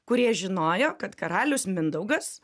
kurie žinojo kad karalius mindaugas